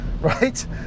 right